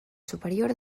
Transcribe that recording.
superior